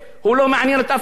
ולכן לא ממהרים,